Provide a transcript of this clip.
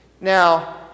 Now